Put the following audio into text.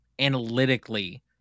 analytically